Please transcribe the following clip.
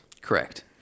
Correct